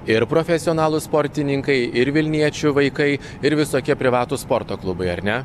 ir profesionalūs sportininkai ir vilniečių vaikai ir visokie privatūs sporto klubai ar ne